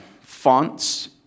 fonts